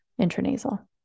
intranasal